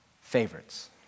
favorites